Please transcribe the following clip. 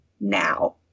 now